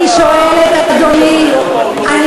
שמטרידים את הנשים שנוסעות באוטובוסים האלה.